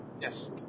yes